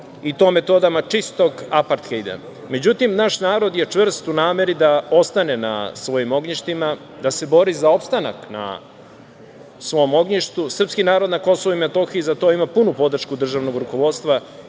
i to metodama čistog aparthejda? Međutim, naš narod je čvrst u nameri da ostane na svojim ognjištima, da se bori za opstanak na svom ognjištu. Srpski narod na Kosovu i Metohiji za to ima punu podršku državnog rukovodstva